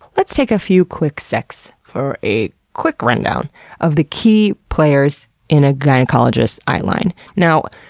let's take a few quick secs for a quick rundown of the key players in a gynecologist's eyeline. now,